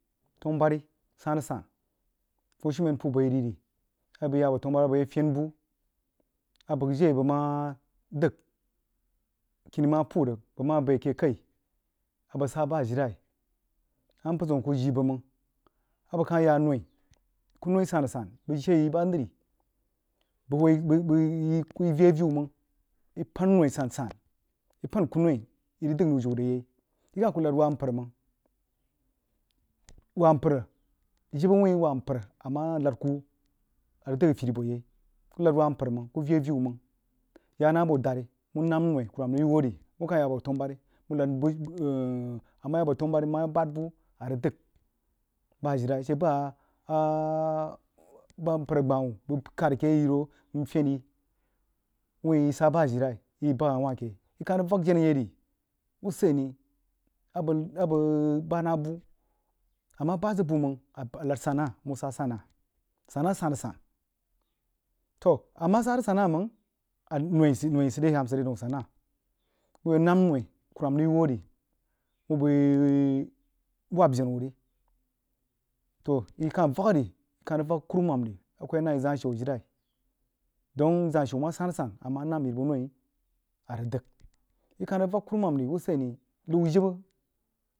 Tanu bari san-asan funishumen pub bai rig yi a bəg yah bo tana buhbiri a bəg fen buh jire a bəg mah dəg kini mah puh rig bəg mah bəi akeh kai a bəg sah bah ajilai mpər zəu kuh jii bəg mang a bəg kah ya anoi kəun noi sin a san bəg shee yi bah nəri bəg hoo yi yi vii aviu mang yi pan noi san-san yi pan kuh-noi yi rig dəg mrig zoah are yai yi kah kuh lahd wagh npər mang wah npər jibə whin wah npər gina lahd kuh a rig dəg afiri bo yai kuh lahd wah npər may kuh vii avilli mang yah nah aso dari wuh nam noi kurumam rig huh ri wuh koh ya boh tanu-bari wuh lahd bəg ama yah boh taubari mmah bahd buh a rig dəg bah ajilai a she bah, bah mpər, agbawuh bah bəi kahd ake yi ro nfen yi wuun yi sah bah ajilai yi kəin rig bag hah wahke yi kah rig vak jenah yeh ri uhsoni abəg-abəg bhad nah bah ama bahd zəg buh mang a lad sana’a muh sah sana'a, sana’a san-asan toh ama sab zəg sana’a mang noi sid re hah msid re daun dana’a wuh yah nam-noi kurumam rig yi wuh ri wuh bəi wahb jenah wuh ri toh yi kah vak ri yi kah rig vak kurumam ri a kuh yi na yi kah rig vak kurumam ri a kuh yi na yi zah shiu ajilai don zah shu mah san-asan amah naam yiri buh nwi arig dəg yi kah arig vak kuruman ri wuhseni liu jibə.